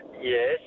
Yes